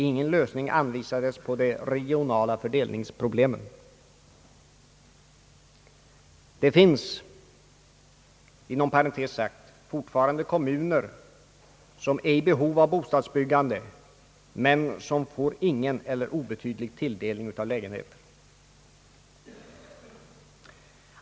Ingen lösning anvisades på det regionala fördelningsproblemet. Det finns inom parentes sagt fortfarande många kommuner som är i behov av bostäder men som får ingen eller obetydlig tilldelning av lägenheter.